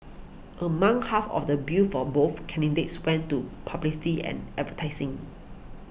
among half of the bill for both candidates went to publicity and advertising